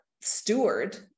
steward